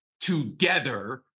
together